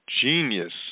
genius